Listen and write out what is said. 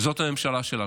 זאת הממשלה שלנו.